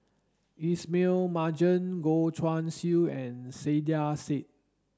Ismail Marjan Goh Guan Siew and Saiedah Said